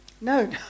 No